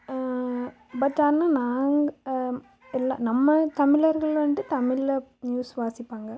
but ஆனால் நாங்கள் எல்லா நம்ம தமிழர்கள் வந்துட்டு தமிழில் நியூஸ் வாசிப்பாங்க